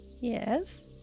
Yes